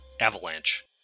Avalanche